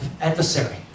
adversary